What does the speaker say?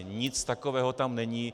Nic takového tam není.